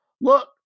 look